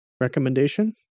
recommendation